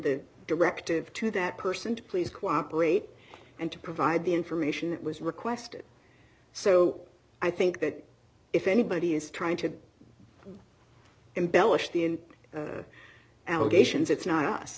the directive to that person to please cooperate and to provide the information that was requested so i think that if anybody is trying to embellish the in allegations it's not jus